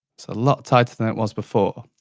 it's a lot tighter than it was before.